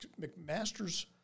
McMaster's –